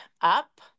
up